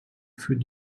für